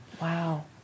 Wow